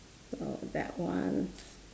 oh that one